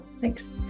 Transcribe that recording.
thanks